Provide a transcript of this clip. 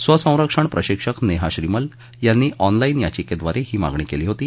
स्वसंरक्षण प्रशिक्षक नेहा श्रीमल यांनी ऑनलाईन याचिकेद्वारे ही मागणी केली होती